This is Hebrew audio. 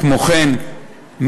כמו כן,